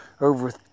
over